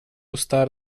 usta